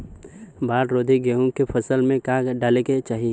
बाढ़ रोधी गेहूँ के फसल में का डाले के चाही?